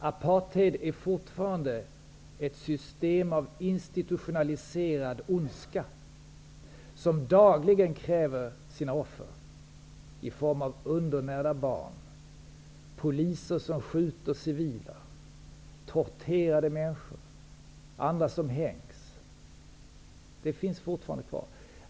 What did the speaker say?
Apartheid är fortfarande ett system av institutionaliserad ondska som dagligen kräver sina offer i form av undernärda barn, poliser som skjuter civila, torterade människor, människor som hängs.